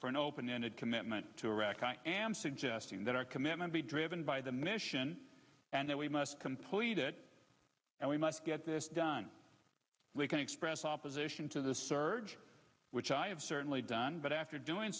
for an open ended commitment to reckon i am suggesting that our commitment be driven by the mission and that we must complete it and we must get this done we can express office ition to the surge which i have certainly done but after doing